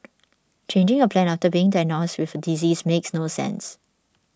changing a plan after being diagnosed with a disease makes no sense